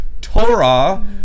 Torah